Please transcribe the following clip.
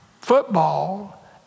football